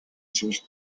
зүйлд